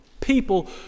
people